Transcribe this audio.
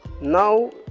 Now